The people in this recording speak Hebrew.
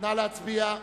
נא להצביע,